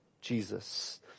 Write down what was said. Jesus